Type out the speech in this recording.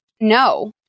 No